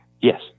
Yes